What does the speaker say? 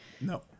No